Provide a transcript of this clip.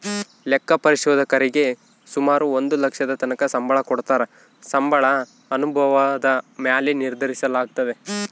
ಲೆಕ್ಕ ಪರಿಶೋಧಕರೀಗೆ ಸುಮಾರು ಒಂದು ಲಕ್ಷದತಕನ ಸಂಬಳ ಕೊಡತ್ತಾರ, ಸಂಬಳ ಅನುಭವುದ ಮ್ಯಾಲೆ ನಿರ್ಧರಿಸಲಾಗ್ತತೆ